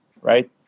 right